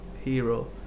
hero